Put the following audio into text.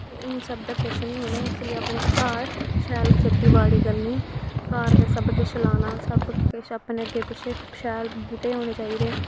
इन सब दा किश नी होना ऐ इस लेई अपने घर शैल खेत्ती बाड़ी करनी घर गै सब किश लाना सब किश अपने अग्गे पिच्छे शैल बूह्टे होने चाही दे